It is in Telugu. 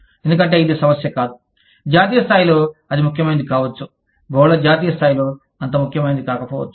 ఎందుకంటే ఇది సమస్య కాదు జాతీయ స్థాయిలో అది ముఖ్యమైనది కావచ్చు బహుళ జాతీయ స్థాయిలో అంత ముఖ్యమైనది కాకపోవచ్చు